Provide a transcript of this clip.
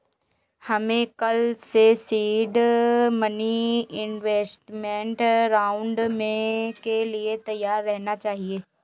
हमें कल के सीड मनी इन्वेस्टमेंट राउंड के लिए तैयार रहना चाहिए